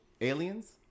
Aliens